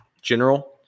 general